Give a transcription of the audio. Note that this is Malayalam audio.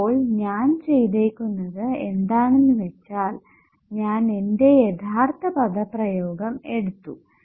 അപ്പോൾ ഞാൻ ചെയ്തേക്കുന്നതു എന്താണെന്ന് വെച്ചാൽ ഞാൻ എന്റെ യഥാർത്ഥ പദപ്രയോഗം എടുത്തു